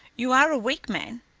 you are a weak man.